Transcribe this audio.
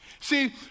See